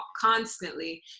constantly